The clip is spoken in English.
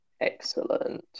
Excellent